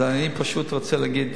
אני פשוט רוצה להגיד,